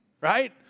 right